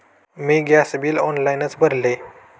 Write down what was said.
मी gas bill ऑनलाइनच भरले